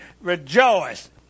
rejoice